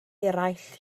eraill